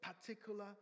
particular